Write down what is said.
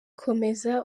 komeza